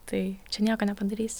tai čia nieko nepadarysi